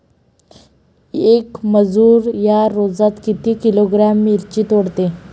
येक मजूर या रोजात किती किलोग्रॅम मिरची तोडते?